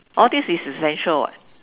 all these is essential [what]